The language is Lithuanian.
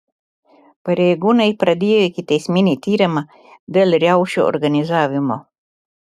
pareigūnai pradėjo ikiteisminį tyrimą dėl riaušių organizavimo